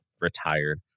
retired